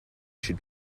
should